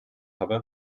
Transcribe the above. habe